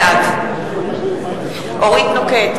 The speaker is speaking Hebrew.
בעד אורית נוקד,